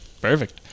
Perfect